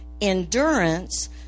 endurance